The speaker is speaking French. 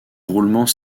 roulement